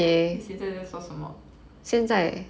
你现在在做什么